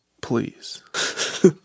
Please